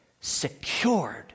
secured